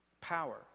power